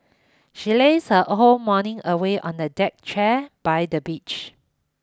she lazed her whole morning away on a deck chair by the beach